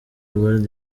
ubald